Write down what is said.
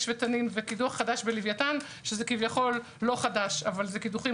ותנין וקידוח חדש בלוויתן שזה כביכול לא חדש אבל זה קידוחים